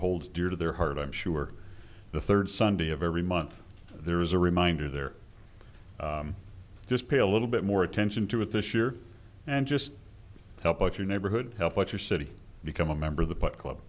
holds dear to their heart i'm sure the third sunday of every month there is a reminder there just pay a little bit more attention to it this year and just help with your neighborhood help with your city become a member of the put club